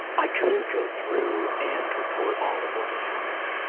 i couldn't go through and report all of what had happened.